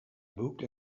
book